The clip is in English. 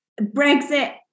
Brexit